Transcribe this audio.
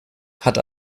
hat